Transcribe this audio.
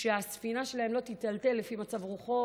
שהספינה שלהם לא תיטלטל לפי מצב רוחו